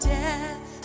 death